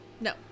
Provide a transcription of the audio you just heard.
No